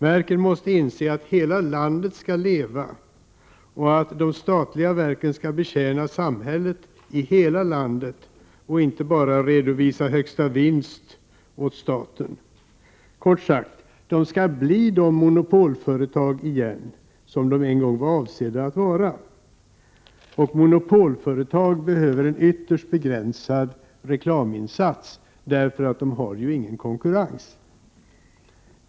Verken måste inse att hela landet skall leva och att de statliga verken skall betjäna samhället i hela landet, inte bara redovisa högsta vinst åt staten. Kort sagt: De skall bli de monopolföretag igen som de en gång var avsedda att vara. Monopolföretag behöver en ytterst begränsad reklaminsats, för de har ju ingen konkurrens.